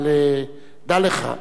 אבל דע לך,